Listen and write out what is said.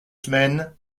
semaines